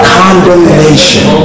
condemnation